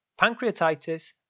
pancreatitis